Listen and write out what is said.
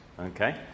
okay